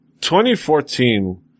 2014